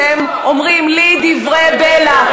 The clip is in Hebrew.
אתם אומרים לי דברי בלע.